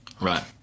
right